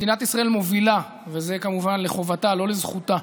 מדינת ישראל מובילה, וזה כמובן לחובתה ולא לזכותה,